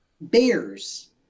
bears